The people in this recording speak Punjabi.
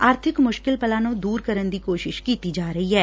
ਆਰਬਿਕ ਮੁਸ਼ਕਿਲ ਪਲਾਂ ਨੂੰ ਦੂਰ ਕਰਨ ਦੀ ਕੋਸ਼ਿਸ਼ ਕੀਤੀ ਜਾ ਰਹੀ ਐ